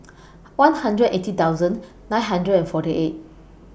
one hundred eighty thousand nine hundred and forty eight